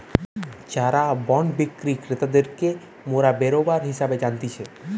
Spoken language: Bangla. যারা বন্ড বিক্রি ক্রেতাদেরকে মোরা বেরোবার হিসেবে জানতিছে